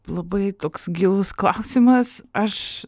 labai toks gilus klausimas aš